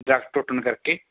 ਦਰਖਤ ਟੁੱਟਣ ਕਰਕੇ